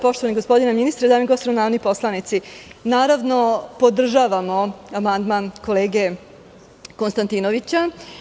Poštovani gospodine ministre, dame i gospodo narodni poslanici, naravno, podržavamo amandman kolege Konstantinovića.